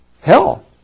hell